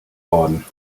worden